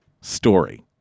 story